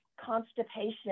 constipation